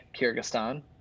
Kyrgyzstan